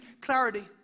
clarity